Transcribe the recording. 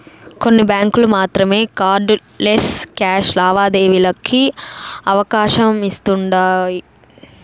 కొన్ని బ్యాంకులు మాత్రమే కార్డ్ లెస్ క్యాష్ లావాదేవీలకి అవకాశమిస్తుండాయ్